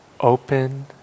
open